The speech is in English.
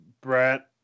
Brett